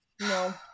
No